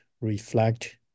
reflect